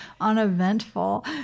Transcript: uneventful